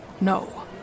No